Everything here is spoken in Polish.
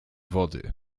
wody